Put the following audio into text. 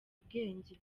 ubwenge